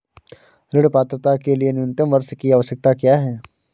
ऋण पात्रता के लिए न्यूनतम वर्ष की आवश्यकता क्या है?